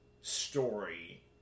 story